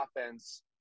offense